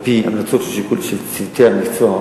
על-פי המלצות של צוותי המקצוע,